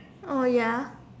oh ya